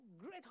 great